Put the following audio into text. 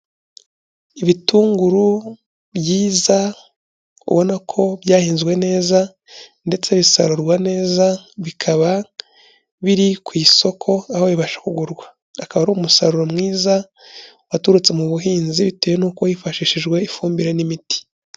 Ibitunguru byiza, ubona ko byahinzwe neza, ndetse bisarurwa neza, bikaba biri ku isoko aho bibasha kugurwa. Akaba ari umusaruro mwiza, waturutse mu buhinzi bitewe nuko hifashishijwe ifumbire n'imiti.